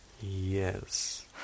Yes